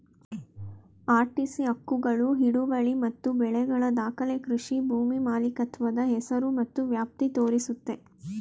RTC ಹಕ್ಕುಗಳು ಹಿಡುವಳಿ ಮತ್ತು ಬೆಳೆಗಳ ದಾಖಲೆ ಕೃಷಿ ಭೂಮಿ ಮಾಲೀಕತ್ವದ ಹೆಸರು ಮತ್ತು ವ್ಯಾಪ್ತಿ ತೋರಿಸುತ್ತೆ